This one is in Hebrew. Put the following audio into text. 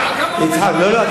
מיליארדי שקלים, לא היה.